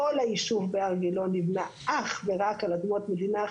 כל היישוב בהר גילה נבנה אך ורק על אדמות מדינה,